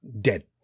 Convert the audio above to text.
dead